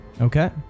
okay